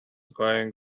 going